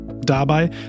Dabei